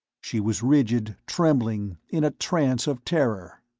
she was rigid, trembling, in a trance of terror.